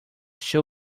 shoe